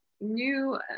new